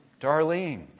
Darlene